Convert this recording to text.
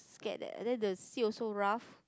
scared that the sea also rough